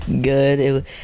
Good